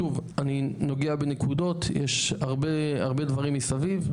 שוב, אני נוגע בנקודות, יש הרבה דברים מסביב,